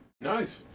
Nice